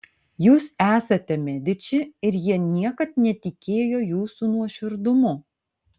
jūs esate mediči ir jie niekad netikėjo jūsų nuoširdumu